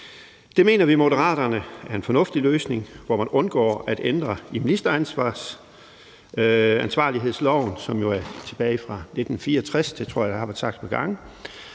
Det mener vi i Moderaterne er en fornuftig løsning, hvor man undgår at ændre i ministeransvarlighedsloven, som jo er tilbage fra 1964 – det tror jeg er blevet sagt et par